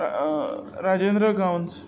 Rajendra Gawas